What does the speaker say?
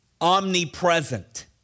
omnipresent